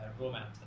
Romance